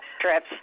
Trips